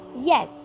Yes